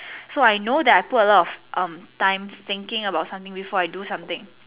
so I know that I put a lot of um time thinking about something before I do something